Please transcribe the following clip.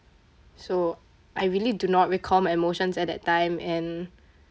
so I really do not recall my emotions at that time and